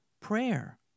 prayer